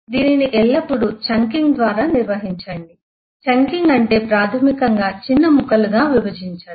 దీనిని ఎల్లప్పుడూ చంకింగ్ ద్వారా నిర్వహించండి చంకింగ్ అంటే ప్రాథమికంగా చిన్న ముక్కలుగా విభజించడం